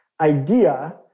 idea